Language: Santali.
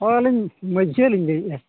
ᱦᱮᱸ ᱟᱹᱞᱤᱧ ᱢᱟᱺᱡᱷᱤᱭᱟ ᱞᱤᱧ ᱞᱟᱹᱭᱮᱫᱼᱟ